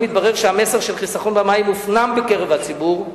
התברר שהמסר של חיסכון במים הופנם בקרב הציבור.